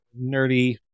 nerdy